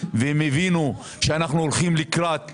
והם הבינו שאנחנו הולכים לקראת